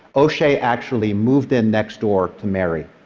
oshea actually moved in next door to mary.